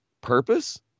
purpose